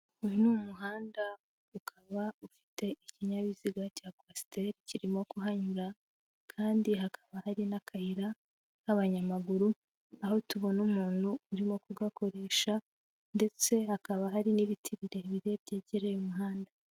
Uyu ni umuhanda ukaba ufite ikinyabiziga cya kwasiteri kirimo kuhanyura kandi hakaba hari n'akayira k'abanyamaguru, aho tubona umuntu urimo kugakoresha ndetse hakaba hari n'ibiti birebire byegereye umuhanda.